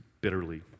bitterly